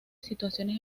situaciones